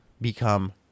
become